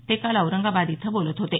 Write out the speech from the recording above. ते काल औरंगाबाद इथं बोलत होते